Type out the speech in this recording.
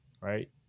right